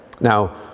Now